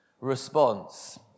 response